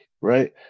Right